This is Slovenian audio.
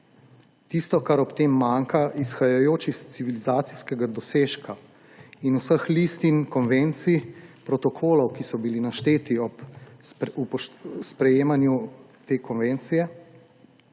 Tisto, kar ob tem manjka, izhajajoč iz civilizacijskega dosežka in vseh listin konvencij, protokolov, ki so bili našteti ob sprejemanju te konvencije,